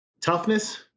toughness